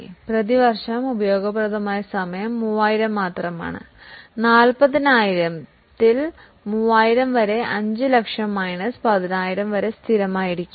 അതിനാൽ പ്രതിവർഷം ഉപയോഗപ്രദമായ സമയം 3000 മാത്രമാണ് അതിനാൽ 3000 ബൈ 40000 x 500000 മൈനസ് 10000 സ്ഥിരമായിരിക്കും